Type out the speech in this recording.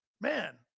Man